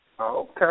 Okay